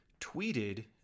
tweeted